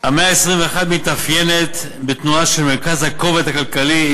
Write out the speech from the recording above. המאה ה-21 מתאפיינת בתנועה של מרכז הכובד הכלכלי,